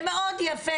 זה מאוד יפה